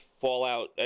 Fallout